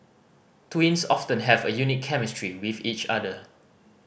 twins often have a unique chemistry with each other